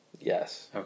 Yes